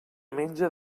menja